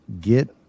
get